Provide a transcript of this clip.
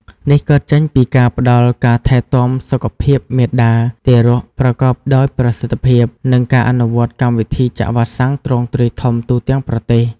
នេះកើតចេញពីការផ្តល់ការថែទាំសុខភាពមាតា-ទារកប្រកបដោយប្រសិទ្ធភាព និងការអនុវត្តកម្មវិធីចាក់វ៉ាក់សាំងទ្រង់ទ្រាយធំទូទាំងប្រទេស។